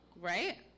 Right